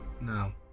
No